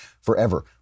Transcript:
forever